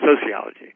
sociology